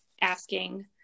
asking